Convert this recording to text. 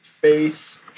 face